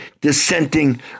dissenting